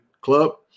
club